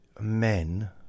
men